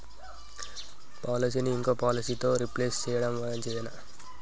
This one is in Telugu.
పాలసీని ఇంకో పాలసీతో రీప్లేస్ చేయడం మంచిదేనా?